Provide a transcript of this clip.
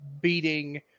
beating